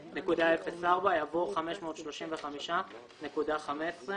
"ו-528.04" יבוא "ו-535.15".